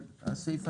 אנחנו מתכוונים לעשות,